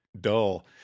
dull